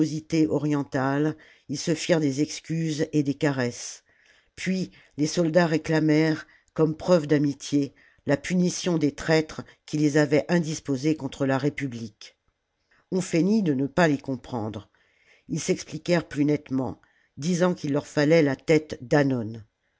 orientales ils se firent des excuses et des caresses puis les soldats réclamèrent comme une preuve d'amitié la punition des traîtres qui les avaient indisposés contre la république on feignit de ne pas les comprendre ils s'expliquèrent plus nettement disant qu'il leur fallait la tête